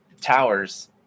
towers